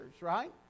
right